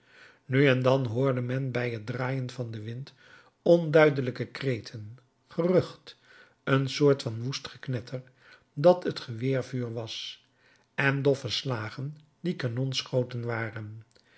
nu en dan hoorde men bij t draaien van den wind onduidelijke kreten gerucht een soort van woest geknetter dat het geweervuur was en doffe slagen die kanonschoten waren